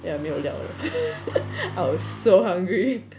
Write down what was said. ya 没有料的 I was so hungry